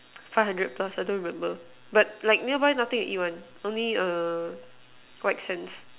five hundred plus I don't remember but like nearby nothing to eat one only err whitesands